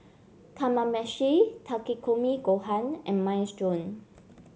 Kamameshi Takikomi Gohan and Minestrone